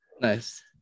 nice